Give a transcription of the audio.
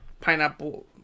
pineapple